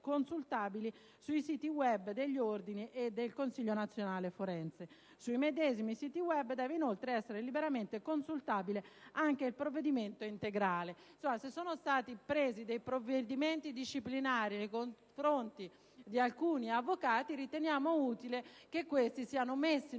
consultabili sui siti *web* degli ordini e del Consiglio nazionale forense. Sui medesimi siti *web* deve, inoltre, essere liberamente consultabile anche il provvedimento integrale. Quindi, se sono stati assunti provvedimenti disciplinari nei confronti di alcuni avvocati, riteniamo utile che questi siano messi